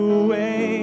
away